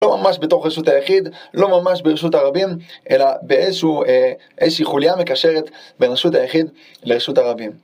לא ממש בתוך רשות היחיד, לא ממש ברשות הרבים, אלא באיזושהי חוליה מקשרת בין רשות היחיד לרשות הרבים.